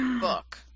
book